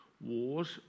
Wars